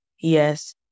Yes